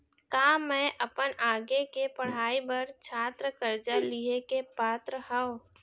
का मै अपन आगे के पढ़ाई बर छात्र कर्जा लिहे के पात्र हव?